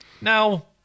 Now